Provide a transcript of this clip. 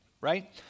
right